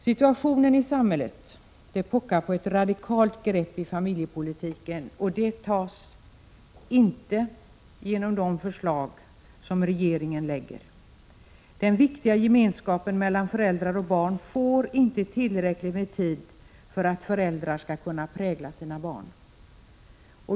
Situationen i samhället pockar på ett radikalt grepp i familjepolitiken, men det tas inte genom de förslag som regeringen framlagt. Det finns inte tillräckligt med tid för den viktiga gemenskapen mellan föräldrar och barn för att föräldrar skall kunna prägla sina barn.